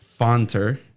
Fonter